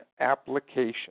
application